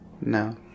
No